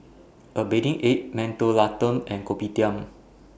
A Bathing Ape Mentholatum and Kopitiam